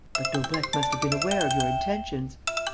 but daubrecq must have been aware of your intentions?